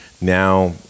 Now